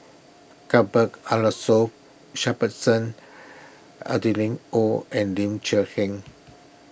Cuthbert Aloysius Shepherdson Adeline Ooi and Ling Cher Eng